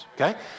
okay